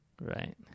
Right